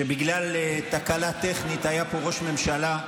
שבגלל תקלה טכנית היה פה ראש ממשלה,